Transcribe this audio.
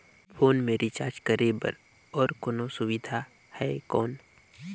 Phone मे recharge करे बर और कोनो सुविधा है कौन?